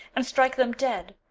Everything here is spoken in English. and strike them dead,